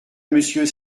monsieur